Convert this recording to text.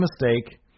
mistake